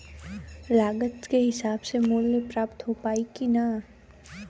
लागत के हिसाब से मूल्य प्राप्त हो पायी की ना?